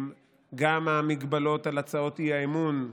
גם ההגבלות על הצעות אי-אמון.